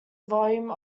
volume